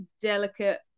delicate